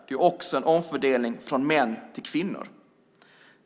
Det är också en omfördelning från kvinnor till män.